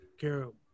Carol